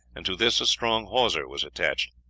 and to this a strong hawser was attached.